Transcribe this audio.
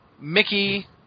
Mickey